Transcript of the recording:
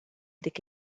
dik